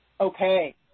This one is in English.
Okay